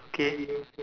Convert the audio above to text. okay